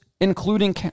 including